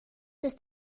ist